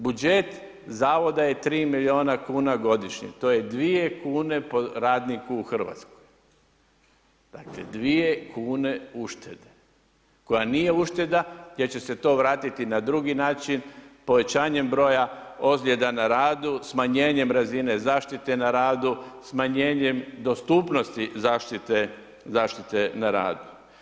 Budžet zavoda je 3 milijuna kuna godišnje, to je 2 kune po radniku u Hrvatskoj, dakle 2 kune uštede koja nije ušteda jer će se to vratiti na drugi način povećanjem broja ozljeda na radu, smanjenjem razine zaštite na radu, smanjenjem dostupnosti zaštite na radu.